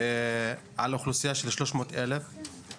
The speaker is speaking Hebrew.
על אוכלוסייה של 300 אלף,